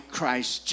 Christ